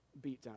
beatdown